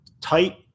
Tight